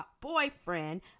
boyfriend